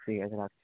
ঠিক আছে রাখছি